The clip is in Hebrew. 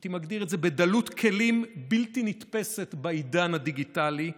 הייתי מגדיר את זה בדלות כלים בלתי נתפסת בעידן הדיגיטלי,